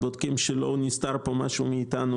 בודקות שלא נסתר משהו מאיתנו,